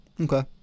Okay